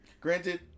granted